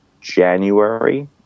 January